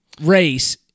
race